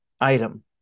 item